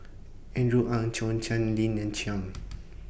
Andrew Ang Zhou Chan Lina Chiam